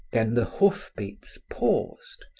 then the hoof beats paused.